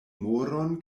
moron